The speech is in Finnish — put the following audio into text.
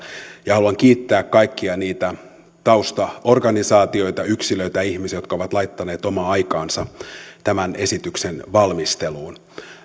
haluan kiittää kaikkia niitä taustaorganisaatioita yksilöitä ja ihmisiä jotka ovat laittaneet omaa aikaansa tämän esityksen valmisteluun